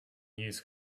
use